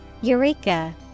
Eureka